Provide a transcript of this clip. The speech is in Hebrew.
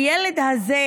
הילד הזה,